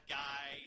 guy